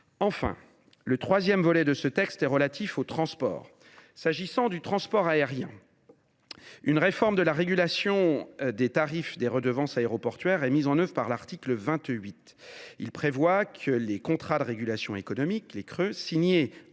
un troisième volet, relatif aux transports. S’agissant du transport aérien, une réforme de la régulation des tarifs des redevances aéroportuaires est prévue par l’article 28. Il prévoit que les contrats de régulation économique (CRE) signés